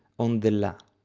on the la.